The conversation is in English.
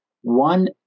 one